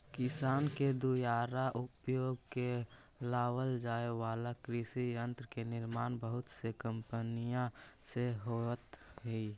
किसान के दुयारा उपयोग में लावल जाए वाला कृषि यन्त्र के निर्माण बहुत से कम्पनिय से होइत हई